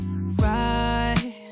Right